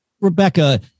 Rebecca